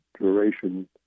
duration